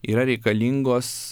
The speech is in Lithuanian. yra reikalingos